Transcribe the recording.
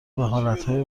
حالتهای